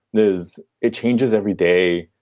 is it changes every day